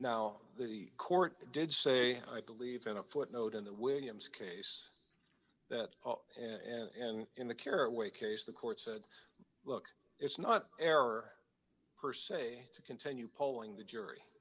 now the court did say i believe in a footnote in the williams case and in the caraway case the court said look it's not error per se to continue pulling the jury